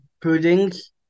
puddings